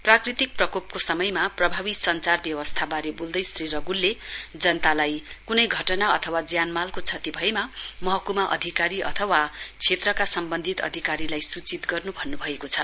प्राकृतिक प्रकोपको समयमा प्रभावी संचार व्यवस्थाबारे बोल्दै श्री रगुलले जनतालाई कुनै घटना अथवा ज्यानमालको क्षति भएमा महकुमा अधिकारी अथवा क्षेत्रका सम्बन्धित अधिकारीलाई सूचित गर्नु भन्नु भएको छ